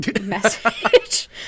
message